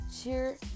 cheer